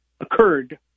occurred